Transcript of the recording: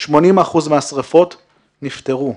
80% מהשרפות נפתרו.